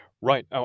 Right